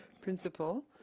principle